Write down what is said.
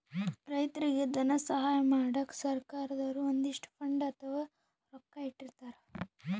ರೈತರಿಗ್ ಧನ ಸಹಾಯ ಮಾಡಕ್ಕ್ ಸರ್ಕಾರ್ ದವ್ರು ಒಂದಿಷ್ಟ್ ಫಂಡ್ ಅಥವಾ ರೊಕ್ಕಾ ಇಟ್ಟಿರ್ತರ್